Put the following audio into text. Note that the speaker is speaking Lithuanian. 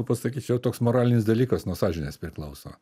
pasakyčiau toks moralinis dalykas nuo sąžinės priklauso